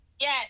Yes